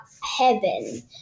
heaven